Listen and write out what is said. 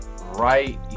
right